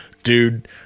Dude